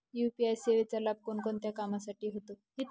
UPI सेवेचा लाभ कोणकोणत्या कामासाठी होतो?